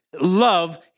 Love